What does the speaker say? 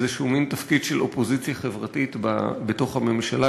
מין תפקיד של אופוזיציה חברתית בתוך הממשלה,